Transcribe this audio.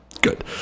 Good